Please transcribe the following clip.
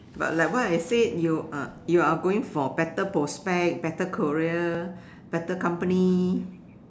but like what I said you uh you are going for better prospect better career better company